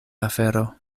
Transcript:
afero